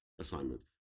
assignment